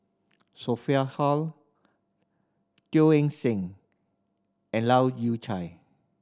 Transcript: Sophia Hull Teo Eng Seng and Leu Yew Chye